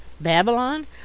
babylon